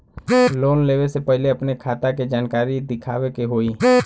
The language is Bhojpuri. लोन लेवे से पहिले अपने खाता के जानकारी दिखावे के होई?